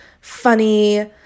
funny